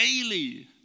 daily